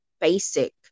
basic